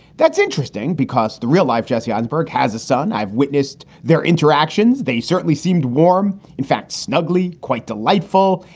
that's interesting because the real life jesse eisenberg has a son. i've witnessed their interactions. they certainly seemed warm, in fact, snuggly, quite delightful.